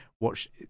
watch